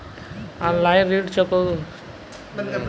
Online ऋण चुकौती कइसे कइसे कइल जाला?